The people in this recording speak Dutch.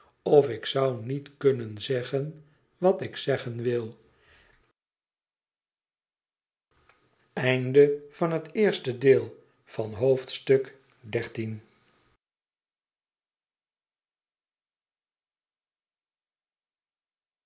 of ik zou niet kunnen zeggen wat ik zeggen wil